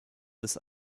des